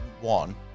one